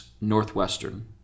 Northwestern